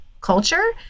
culture